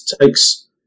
takes